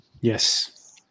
Yes